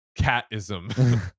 catism